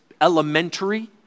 elementary